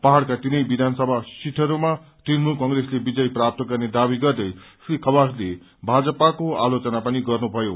पहाड़का तीनै विधानसभा सीटहरूमा तृणमूल कंग्रेसले विजय प्राप्त गन्ने दावी गर्दै श्री खवासले भाजपा को आलोचना पनि गर्नु भयो